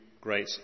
great